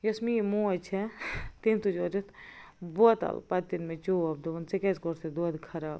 یۄس میٛٲنۍ موج چھِ تٔمی تُجۍ اورٕ یِتھ بوتل پتہٕ دِتِنۍ مےٚ چوب دوٚپُن ژےٚ کیٛازِ کوٚرُتھ یِہِ دۄدھ خراب